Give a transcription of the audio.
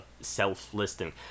self-listing